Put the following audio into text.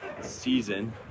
season